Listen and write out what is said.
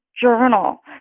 journal